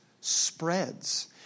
spreads